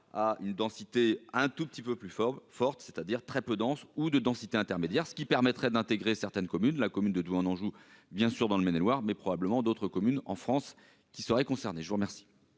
a une densité, un tout petit peu plus fort forte, c'est-à-dire très peu dense ou de densité intermédiaire, ce qui permettrait d'intégrer certaines communes, la commune de en Anjou bien sûr dans le Maine-et-Loire, mais probablement d'autres communes en France qui seraient concernés, je vous remercie.